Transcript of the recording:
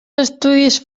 estudis